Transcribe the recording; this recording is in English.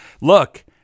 Look